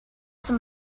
some